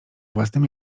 własnym